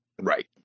right